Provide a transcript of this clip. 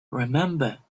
remember